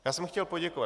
Já jsem chtěl poděkovat.